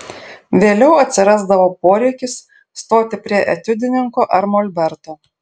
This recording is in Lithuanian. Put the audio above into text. vėliau atsirasdavo poreikis stoti prie etiudininko ar molberto